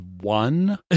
one